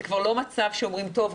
זה כבר לא מצב שאומרים: טוב,